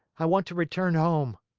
i want to return home.